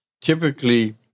typically